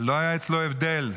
לא היה אצלו הבדל,